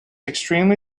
extremely